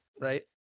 right